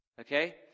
Okay